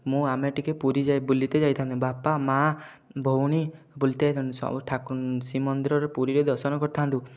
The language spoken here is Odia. ମୁଁ ଆମେ ଟିକେ ପୁରୀ ବୁଲିତେ ଯାଇଥାନ୍ତେ ବାପା ମାଆ ଭଉଣୀ ବୁଲିତେ ଯାଇଥାନ୍ତୁ ଶ୍ରୀ ମନ୍ଦିରରେ ପୁରୀରେ ଦର୍ଶନ କରିଥାନ୍ତୁ